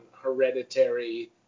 hereditary